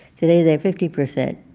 today, they're fifty percent.